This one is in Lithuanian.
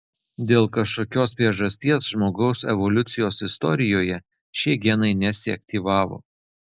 dėl kažkokios priežasties žmogaus evoliucijos istorijoje šie genai nesiaktyvavo